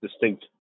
distinct